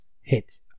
hit